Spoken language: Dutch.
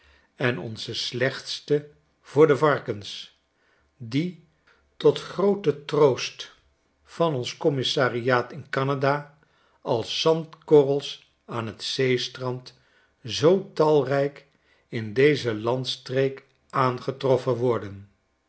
en onze slechtste voor de varkens die tot grooten troost van ons commissariaat in canada als zandkorrels aan t zeestrand zoo talrijk in deze landstreek aangetroffen worden